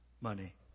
money